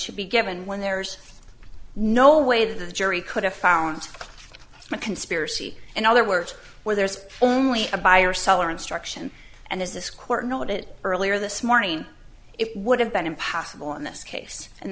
should be given when there's no way that the jury could have found a conspiracy in other words where there's only a buyer seller instruction and as this quarter note it earlier this morning it would have been impossible in this case and